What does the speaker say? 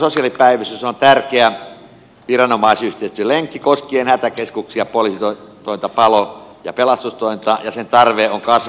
ympärivuorokautinen sosiaalipäivystys on tärkeä viranomaisyhteistyön lenkki koskien hätäkeskuksia poliisitointa palo ja pelastustointa ja sen tarve on kasvanut ja kasvaa edelleen